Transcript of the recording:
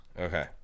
Okay